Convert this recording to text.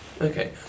Okay